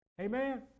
Amen